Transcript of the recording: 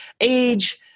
age